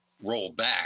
rollback